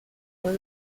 fue